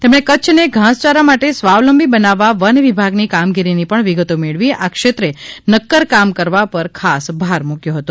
તેમણે કચ્છને ઘાસચારા માટે સ્વાવલંબી બનાવવા વન વિભાગની કામગીરીની પણ વિગતો મેળવી આ ક્ષેત્રે નકકર કામ કરવા ખાસ ભાર મૂકયો હતો